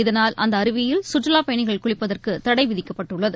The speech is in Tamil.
இதனால் அந்த அருவியில் சுற்றுலாப் பயணிகள் குளிப்பதற்கு தடை விதிக்கப்பட்டுள்ளது